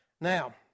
Now